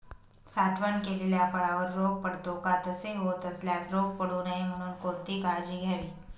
साठवण केलेल्या फळावर रोग पडतो का? तसे होत असल्यास रोग पडू नये म्हणून कोणती काळजी घ्यावी?